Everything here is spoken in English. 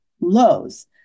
lows